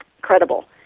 credible